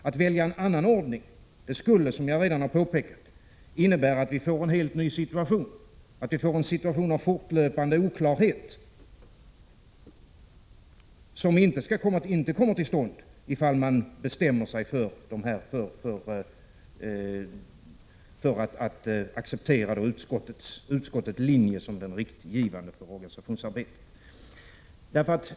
Att välja en annan ordning skulle, som jag redan har påpekat, innebära att vi fick en helt ny situation, en situation av fortlöpande oklarhet, som inte kommer till stånd ifall man bestämmer sig för att acceptera utskottets linje som den riktgivande för organisationsarbetet.